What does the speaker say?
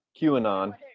QAnon